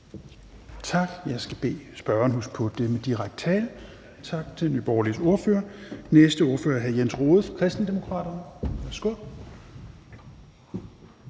Tak. Jeg skal bede spørgeren om at huske på det med direkte tiltale. Tak til Nye Borgerliges ordfører. Den næste ordfører er hr. Jens Rohde fra Kristendemokraterne. Værsgo.